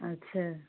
अच्छे